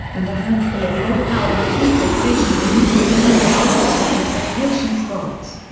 and a handful of low-power repeater stations in even smaller markets such as vacation spots.